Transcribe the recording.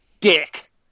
dick